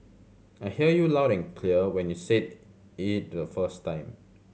I hear you loud and clear when you said it the first time